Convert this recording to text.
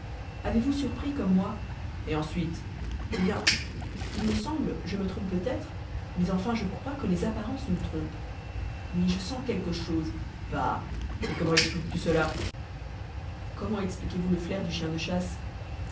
avez-vous surpris comme moi et ensuite eh bien il me semble je me trompe peut-être mais enfin je crois que les apparences nous trompent oui je sens quelque chose bah et comment expliques tu cela comment expliquez-vous le flair du chien de chasse